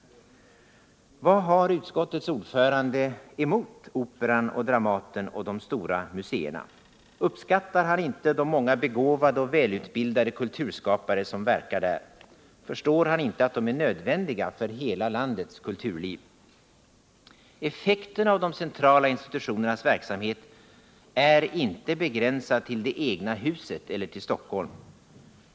Vad har utskottets ordförande emot Operan, Dramaten och de stora museerna? Uppskattar han inte de många begåvade och välutbildade kulturskapare som verkar där? Förstår han inte att de är nödvändiga för hela landets kulturliv? Effekten av de centrala institutionernas verksamhet är inte begränsad till det egna huset eller till Stockholm.